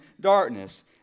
darkness